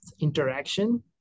interaction